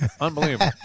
Unbelievable